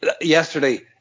yesterday